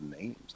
names